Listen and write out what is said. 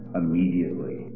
immediately